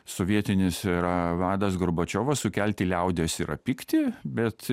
sovietinis yra vedas gorbačiovas sukelti liaudies yra pyktį bet